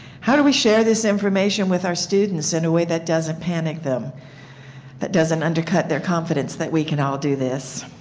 how do we share this information with our students in a way that doesn't panic them and doesn't undercut their confidence that we can all do this?